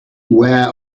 where